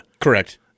Correct